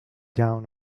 down